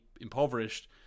impoverished